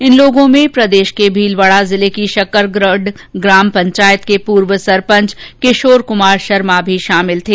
इन लोगों में प्रदेश के भीलवाड़ा जिले की शक्करगढ ग्राम पंचायत के पूर्व सरपंच किशोर कुमार शर्मा भी शामिल थे